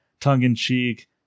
tongue-in-cheek